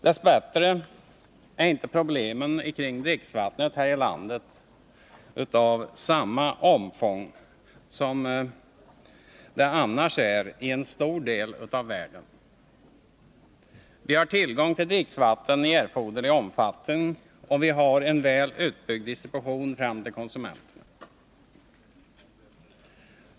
Dess bättre är inte problemen kring dricksvattnet här i landet av samma omfång som de äri en stor del av världen. Vi har tillgång till dricksvatten i erforderlig omfattning, och vi har en väl utbyggd distribution fram till konsumenterna.